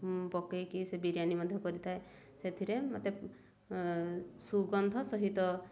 ପକେଇକି ସେ ବିରିୟାନୀ ମଧ୍ୟ କରିଥାଏ ସେଥିରେ ମୋତେ ସୁଗନ୍ଧ ସହିତ